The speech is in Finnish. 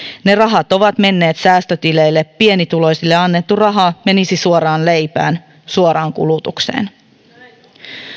ne rahat ovat menneet säästötileille pienituloisille annettu raha menisi suoraan leipään suoraan kulutukseen